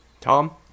Tom